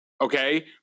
Okay